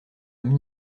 leurs